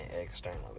externally